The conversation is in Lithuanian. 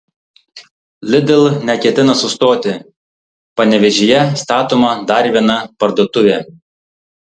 lidl neketina sustoti panevėžyje statoma dar viena parduotuvė